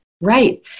Right